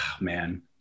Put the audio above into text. man